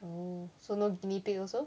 oh so no guinea pigs also